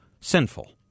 Sinful